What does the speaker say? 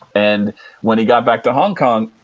and when he got back to hong kong,